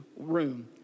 room